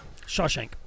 Shawshank